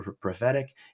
prophetic